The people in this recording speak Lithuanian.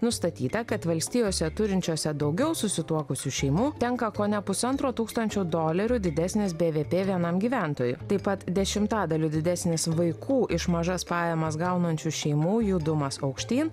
nustatyta kad valstijose turinčiose daugiau susituokusių šeimų tenka kone pusantro tūkstančio dolerių didesnis bvp vienam gyventojui taip pat dešimtadaliu didesnis vaikų iš mažas pajamas gaunančių šeimų judumas aukštyn